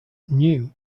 new